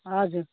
हजुर